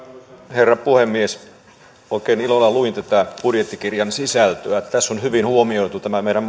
herra puhemies oikein ilolla luin tätä budjettikirjan sisältöä tässä on hyvin huomioitu tämä meidän